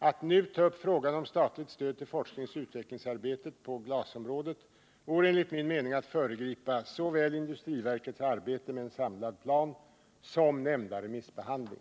Att nu ta upp frågan om statligt stöd till forskningsoch utvecklingsarbetet på glasområdet vore enligt min mening att föregripa såväl industriverkets arbete med en samlad plan som nämnda remissbehandling.